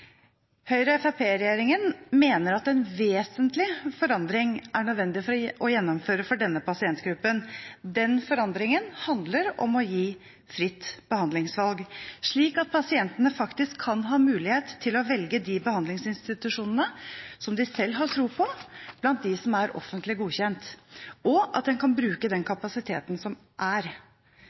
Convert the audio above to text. mener at en vesentlig forandring er nødvendig å gjennomføre for denne pasientgruppen. Den forandringen handler om å gi fritt behandlingsvalg, slik at pasientene faktisk kan ha mulighet til å velge de behandlingsinstitusjonene som de selv har tro på blant dem som er offentlig godkjent, og at en kan bruke den kapasiteten som er.